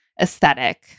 aesthetic